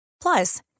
Plus